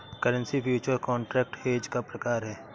currency future contract hedge का प्रकार है